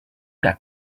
that